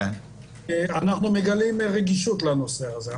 אנחנו מגלים רגישות בנושא הזה.